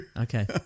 Okay